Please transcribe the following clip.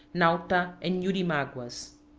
nauta, and yurimaguas.